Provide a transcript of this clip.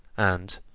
and,